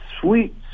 sweet